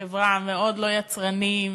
בחברה מאוד לא יצרנים,